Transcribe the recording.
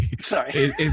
Sorry